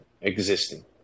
existing